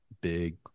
big